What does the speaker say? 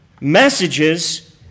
Messages